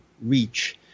REACH